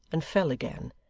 and fell again,